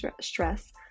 stress